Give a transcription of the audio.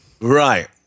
Right